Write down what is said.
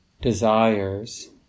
desires